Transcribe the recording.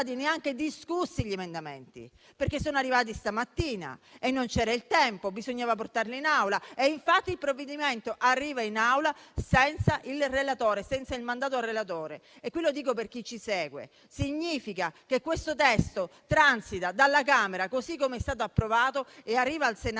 non sono stati neanche discussi gli emendamenti, perché sono arrivati questa mattina e non c'era il tempo. Infatti il provvedimento arriva in Aula senza il mandato al relatore. Lo spiego per chi ci segue: significa che questo testo transita dalla Camera così come è stato approvato e arriva al Senato